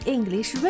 English